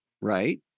right